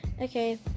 Okay